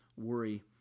worry